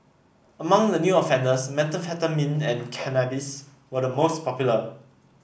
among the new offenders methamphetamine and cannabis were the most popular